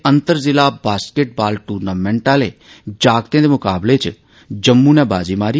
अंतर ज़िला basketball tournament आले जागतें दे मुकाबलें च जम्मू नै बाजी मारी